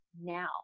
now